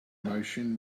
motion